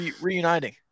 reuniting